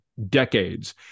decades